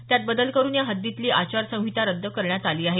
त्यात बदल करुन या हद्दीतली आचार संहिता रद्द करण्यात आली आहे